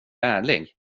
ärlig